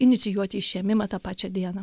inicijuoti išėmimą tą pačią dieną